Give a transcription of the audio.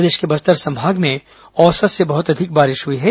प्रदेश के बस्तर संभाग में औसत से बहुत अधिक बारिश हुई है